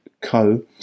Co